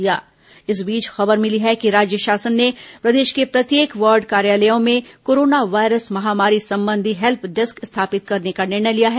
corona virus ward help desk इस बीच खबर मिली है कि राज्य शासन ने प्रदेश के प्रत्येक वार्ड कार्यालयों में कोरोना वायरस महामारी संबंधी हेल्प डेस्क स्थापित करने का निर्णय लिया है